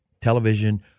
television